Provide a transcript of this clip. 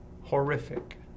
horrific